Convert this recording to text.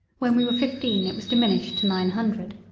when we were fifteen it was diminished to nine hundred.